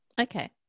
Okay